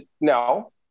no